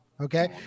okay